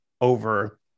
over